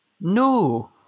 No